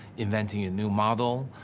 inventing a new model.